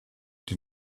die